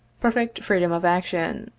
perfect freedom of action.